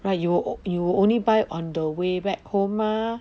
right you will you will only buy on the way back home mah